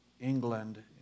England